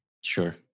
Sure